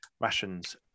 rations